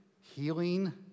healing